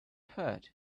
hurt